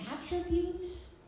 attributes